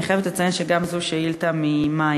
אני חייבת לציין שגם זו שאילתה ממאי.